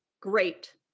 great